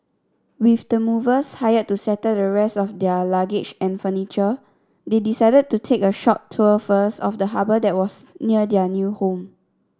with the movers hired to settle the rest of their luggage and furniture they decided to take a short tour first of the harbour that was near their new home